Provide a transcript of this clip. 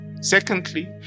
Secondly